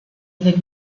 avec